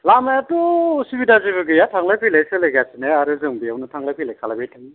लामायाथ' उसुबिदा जेबो गैया थांलाय फैलाय सोलिगासिनो आरो जों बेयावनो थांलाय फैलाय खालायबाय थायो